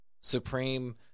Supreme